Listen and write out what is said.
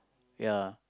ya